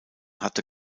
hatte